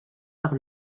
par